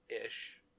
ish